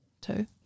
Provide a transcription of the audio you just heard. two